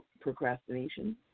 procrastination